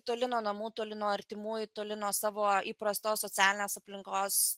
toli nuo namų toli nuo artimųjų toli nuo savo įprastos socialinės aplinkos